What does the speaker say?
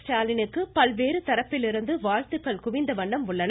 ஸ்டாலினுக்கு பல்வேறு தரப்பிலிருந்து வாழ்த்துக்கள் குவிந்த வண்ணம் உள்ளன